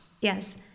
Yes